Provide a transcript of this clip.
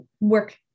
work